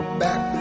back